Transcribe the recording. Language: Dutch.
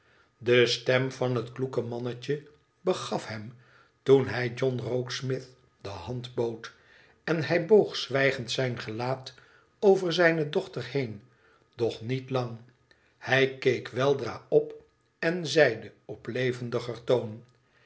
de stem van het kloeke mannetje begaf hem toen hij john rokesmith de hand bood en hij boog zwijgend zijn gelaat over zijne dochter heen doch niet lang hij keek weldra op en zeide op levendiger toon